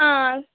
हां